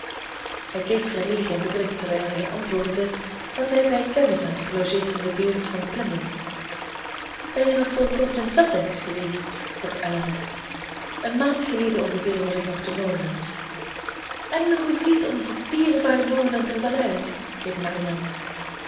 hij keek verlegen en bedrukt terwijl hij antwoordde dat hij bij kennissen had gelogeerd in de buurt van plymouth ben je nog voor kort in sussex geweest vroeg elinor een maand geleden ongeveer was ik nog te norland en hoe ziet ons dierbaar norland er wel uit riep marianne